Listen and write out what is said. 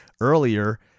earlier